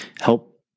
help